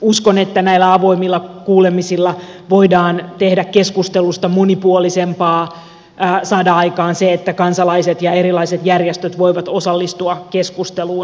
uskon että näillä avoimilla kuulemisilla voidaan tehdä keskustelusta monipuolisempaa saada aikaan se että kansalaiset ja erilaiset järjestöt voivat osallistua keskusteluun paremmin